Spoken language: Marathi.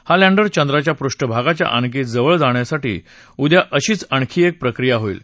हा लँडर चंद्राच्या पृष्ठभागाच्या आणखी जवळ नेण्यासाठी उद्या आणखी अशीच एक प्रक्रिया होईल